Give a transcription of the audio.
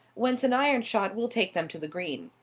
whence an iron shot will take them to the green.